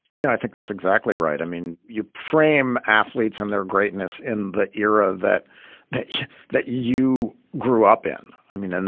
yeah i think that's exactly right. i mean, you frame athletes and their greatness in the era that they that you grew up in. i mean, and